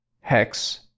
Hex